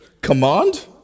command